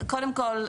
קודם כול,